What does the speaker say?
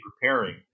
preparing